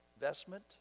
investment